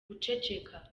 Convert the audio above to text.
guceceka